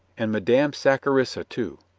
and madame sac charissa, too.